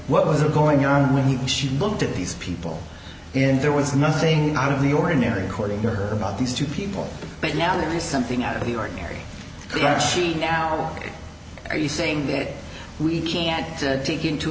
what was going on when he she looked at these people in there was nothing out of the ordinary according to her about these two people but now there is something out of the ordinary guy she now are you saying that we can't take into